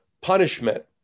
punishment